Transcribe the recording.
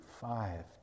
five